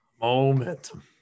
Momentum